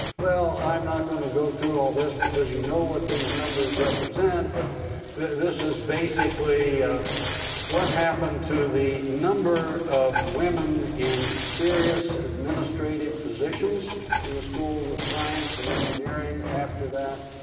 well, i'm not going to go through all this, because you know what these numbers represent. but this is basically what happened to the number of women in serious administrative positions in the schools of science and engineering after that.